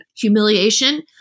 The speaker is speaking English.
humiliation